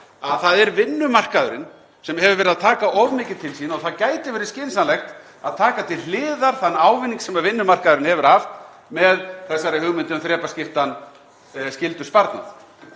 að það er vinnumarkaðurinn sem hefur verið að taka of mikið til sín og það gæti verið skynsamlegt að taka til hliðar þann ávinning sem vinnumarkaðurinn hefur með þessari hugmynd um þrepaskiptan skyldusparnað.